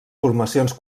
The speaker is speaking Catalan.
formacions